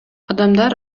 адамдар